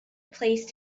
placed